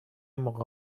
موقع